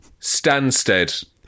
Stansted